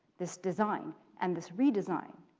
this design and this re-design,